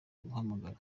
guhamagara